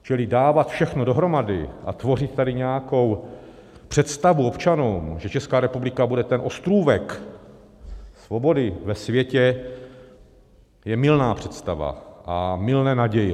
Čili dávat všechno dohromady a tvořit tady nějakou představu občanům, že Česká republika bude ten ostrůvek svobody ve světě, je mylná představa a mylné naděje.